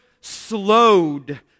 slowed